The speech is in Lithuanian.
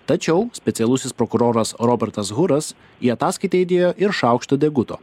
tačiau specialusis prokuroras robertas huras į ataskaitą įdėjo ir šaukštą deguto